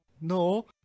No